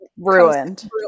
ruined